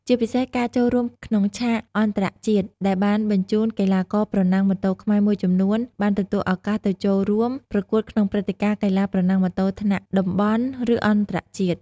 ជាពិសេសការចូលរួមក្នុងឆាកអន្តរជាតិដែលបានបញ្ជូន កីឡាករប្រណាំងម៉ូតូខ្មែរមួយចំនួនបានទទួលឱកាសទៅចូលរួមប្រកួតក្នុងព្រឹត្តិការណ៍កីឡាប្រណាំងម៉ូតូថ្នាក់តំបន់ ឬអន្តរជាតិ។